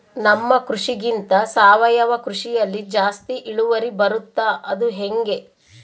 ನಮ್ಮ ಕೃಷಿಗಿಂತ ಸಾವಯವ ಕೃಷಿಯಲ್ಲಿ ಜಾಸ್ತಿ ಇಳುವರಿ ಬರುತ್ತಾ ಅದು ಹೆಂಗೆ?